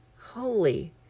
holy